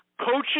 coaches